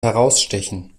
herausstechen